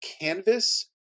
Canvas